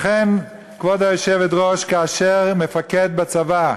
לכן, כבוד היושבת-ראש, כאשר מפקד בצבא,